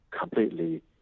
completely